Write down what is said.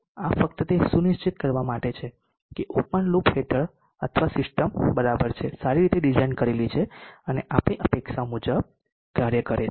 તેથી આ ફક્ત તે સુનિશ્ચિત કરવા માટે છે કે ઓપન લૂપ હેઠળ અથવા સિસ્ટમ બરાબર છે સારી રીતે ડિઝાઇન કરેલી છે અને આપણી અપેક્ષાઓ મુજબ કાર્ય કરે છે